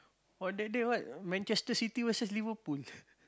oh that day what Manchester-City versus Liverpool